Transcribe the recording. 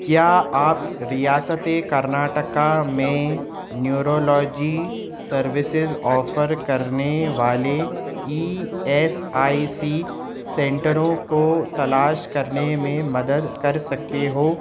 کیا آپ ریاست کرناٹکا میں نیورولوجی سروسز آفر کرنے والے ای ایس آئی سی سینٹروں کو تلاش کرنے میں مدد کر سکتے ہو